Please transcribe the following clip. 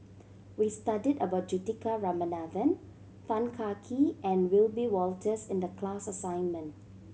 we studied about Juthika Ramanathan Tan Kah Kee and Wiebe Wolters in the class assignment